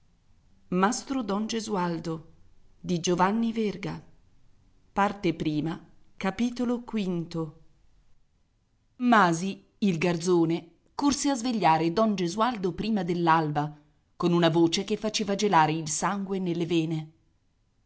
santo e santissimo sorte maledetta sempre guai e piagnistei masi il garzone corse a svegliare don gesualdo prima dell'alba con una voce che faceva gelare il sangue nelle vene